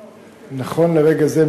נכון לרגע זה,